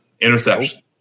Interception